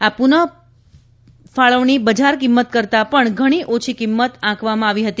આ પુનઃ ફાળવણી બજારકિંમત કરતાં પણ ઘણી ઓછી કિંમત આંકવામાં આવી હતી